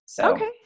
Okay